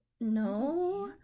no